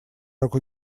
руку